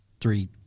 three